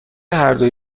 هردو